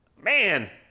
man